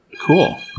Cool